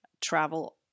travel